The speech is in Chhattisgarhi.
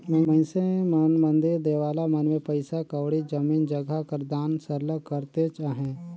मइनसे मन मंदिर देवाला मन में पइसा कउड़ी, जमीन जगहा कर दान सरलग करतेच अहें